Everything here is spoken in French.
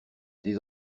des